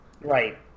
Right